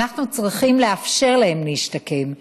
ואנחנו צריכים לאפשר להם להשתקם,